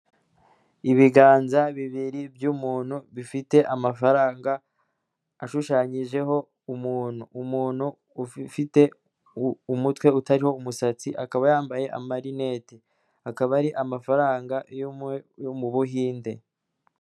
Ibiganza bibiri by'umuntu bifite amafaranga, ashushanyijeho umuntu, umuntu ufite umutwe utariho umusatsi akaba yambaye amarinete, akaba ari amafaranga yo mu Buhinde.